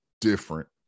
different